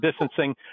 distancing